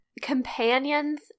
companions